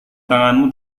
tanganmu